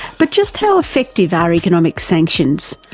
but just how effective are economic sanctions,